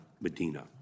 Medina